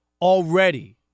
Already